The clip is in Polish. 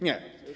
Nie.